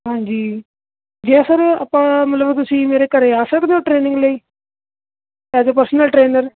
ਹਾਂਜੀ ਜੇ ਸਰ ਆਪਾਂ ਮਤਲਬ ਤੁਸੀਂ ਮੇਰੇ ਘਰ ਆ ਸਕਦੇ ਹੋ ਟ੍ਰੇਨਿੰਗ ਲਈ ਐਜ ਏ ਪਰਸਨਲ ਟਰੇਨਰ